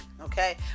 okay